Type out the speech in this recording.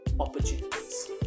opportunities